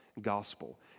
gospel